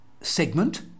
segment